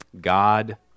God